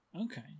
Okay